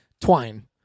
twine